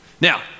Now